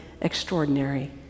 extraordinary